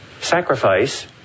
sacrifice